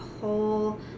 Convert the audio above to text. whole